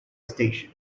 station